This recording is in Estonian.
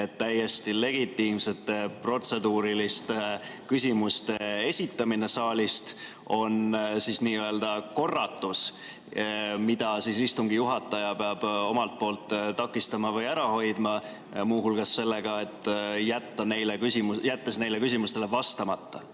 et täiesti legitiimsete protseduuriliste küsimuste esitamine saalist on n‑ö korratus, mida istungi juhataja peab takistama või ära hoidma, muu hulgas sellega, et ta jätab neile küsimustele vastamata?